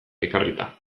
ekarrita